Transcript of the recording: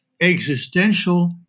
existential